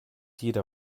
jeder